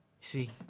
see